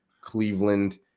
cleveland